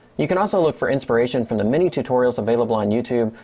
you can also look for inspiration from the many tutorials available on youtube.